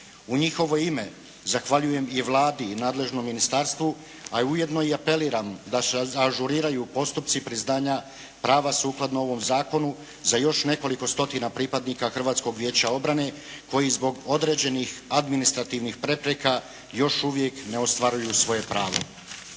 U njihovo ime zahvaljujem i Vladi i nadležnom ministarstvu, a ujedno i apeliram da se ažuriraju postupci priznanja prava sukladno ovom zakonu za još nekoliko stotina pripadnika Hrvatskog vijeća obrane koji zbog određenih administrativnih prepreka još uvijek ne ostvaruju svoje pravo.